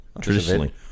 Traditionally